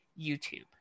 youtube